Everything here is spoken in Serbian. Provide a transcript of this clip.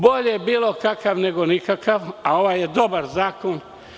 Bolje bilo kakav nego nikakav, a ovaj je dobar zakon.